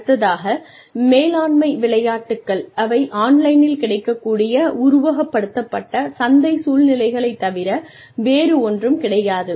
அடுத்ததாக மேலாண்மை விளையாட்டுகள் அவை ஆன்லைனில் கிடைக்கக்கூடிய உருவகப்படுத்தப்பட்ட சந்தை சூழ்நிலைகளை தவிர வேறு ஒன்றும் கிடையாது